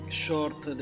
short